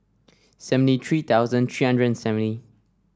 seventy three thousand three hundred and seventy